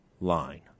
line